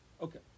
Okay